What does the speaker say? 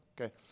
Okay